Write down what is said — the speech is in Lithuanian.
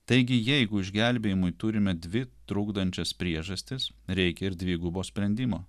taigi jeigu išgelbėjimui turime dvi trukdančias priežastis reikia ir dvigubo sprendimo